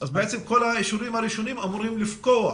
בעצם כל האישורים הראשונים אמורים לפקוע.